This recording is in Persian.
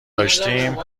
داشتیم